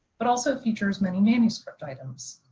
but also features many manuscript items.